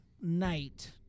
night